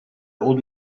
old